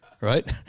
right